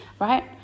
right